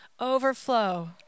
overflow